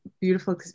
beautiful